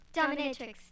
Dominatrix